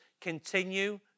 continue